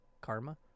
karma